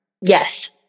Yes